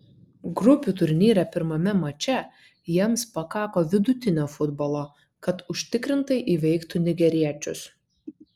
grupių turnyre pirmame mače jiems pakako vidutinio futbolo kad užtikrintai įveiktų nigeriečius